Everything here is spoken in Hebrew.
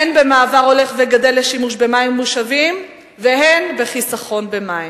הן במעבר הולך וגדל לשימוש במים מושבים והן בחיסכון במים.